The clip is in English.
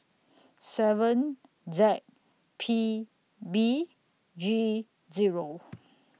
seven Z P B G Zero